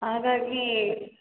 ಹಾಗಾಗೀ